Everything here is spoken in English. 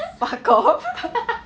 fuck off